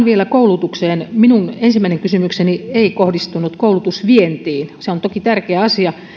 vielä koulutukseen minun ensimmäinen kysymykseni ei kohdistunut koulutusvientiin se on toki tärkeä asia